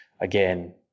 Again